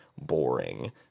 Boring